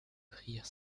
prières